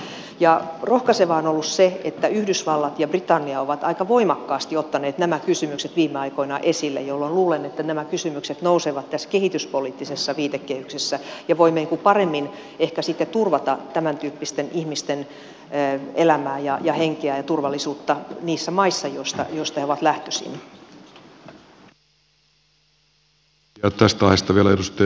rohkaisevaa on ollut se että yhdysvallat ja britannia ovat aika voimakkaasti ottaneet nämä kysymykset viime aikoina esille jolloin luulen että nämä kysymykset nousevat tässä kehityspoliittisessa viitekehyksessä ja voimme niin kuin paremmin ehkä sitten turvata tämäntyyppisten ihmisten elämää ja henkeä ja turvallisuutta niissä maissa joista he ovat lähtöisin